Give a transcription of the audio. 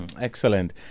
Excellent